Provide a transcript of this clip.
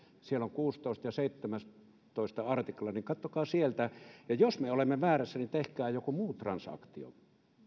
siellä on kuusitoista ja seitsemäntoista artikla katsokaa sieltä ja jos me olemme väärässä niin tehkää joku muu transaktio